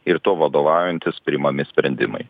ir tuo vadovaujantis priimami sprendimai